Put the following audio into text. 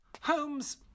Holmes